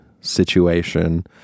situation